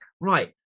right